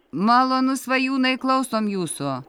malonu svajūnai klausom jūsų